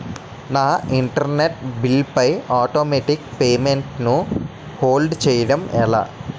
నా internet bill పై automatic payment ను హోల్డ్ చేయటం ఎలా?